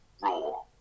raw